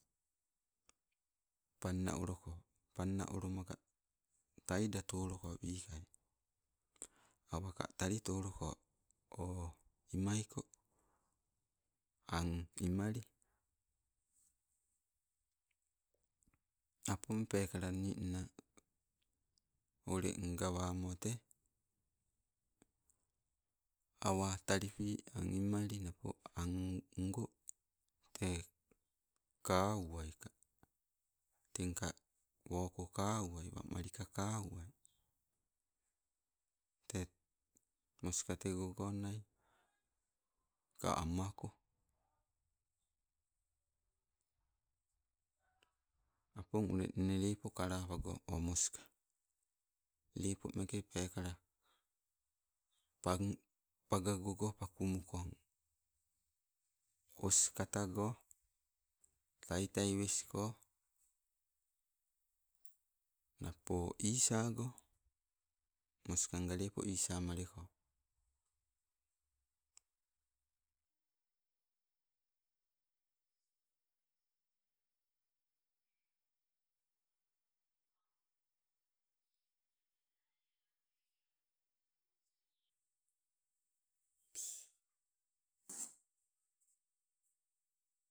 Panna oloko, panna olomaka taida toloko wikai, awaka tali toloko o imaiko, ang imali. Apong peekala ninna oleng gawamo tee, awa talipi ang imali napo ang ngo tee kauwai ka. Tengka woko kauwai, wamalika kauwai. Tee moska tee gonai ka amako. Opong ule nne lepo kalapago o moska, lepo meeke peekala pang pagagogo pakumukong os katago, taitai wesko, napo isago. Moska nga lepo isamaleko.